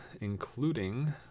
including